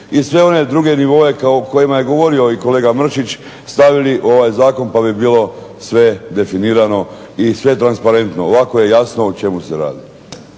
i sve one druge nivoe o kojima je govorio i kolega Mršić stavili u ovaj zakon pa bi bilo sve definirano i sve transparentno. Ovako je jasno o čemu se radi.